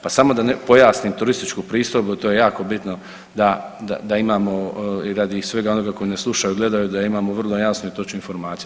Pa samo da pojasnim turističku pristojbu, to je jako bitno da imamo i radi svega onoga koji nas slušaju, gledaju da imamo vrlo jasnu i točnu informaciju.